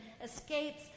escapes